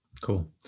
Cool